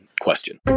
question